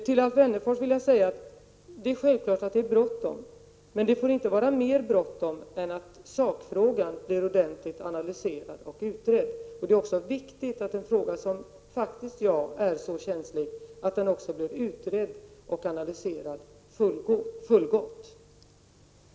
Till Alf Wennerfors vill jag säga: Det är självklart att det är bråttom, men det får inte vara mer bråttom än att sakfrågan blir ordentligt analyserad och utredd. Det är också viktigt att en fråga som faktiskt är så känslig också blir utredd och analyserad på ett tillfredsställande sätt.